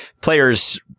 players